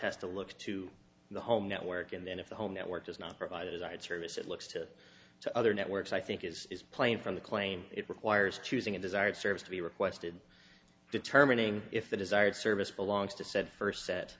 has to look to the home network and then if the home network does not provide it as i had service it looks to to other networks i think is plain from the claim it requires choosing a desired service to be requested determining if the desired service belongs to said first set